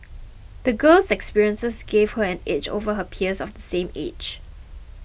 the girl's experiences gave her an edge over her peers of the same age